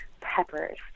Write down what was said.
peppers